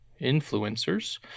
influencers